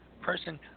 person